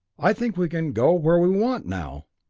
i think we can go where we want now.